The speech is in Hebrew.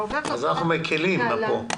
אז אנחנו מפרטים פה.